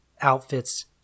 outfits